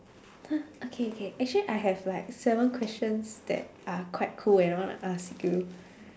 !huh! okay okay actually I have like seven questions that are quite cool and I wanna ask you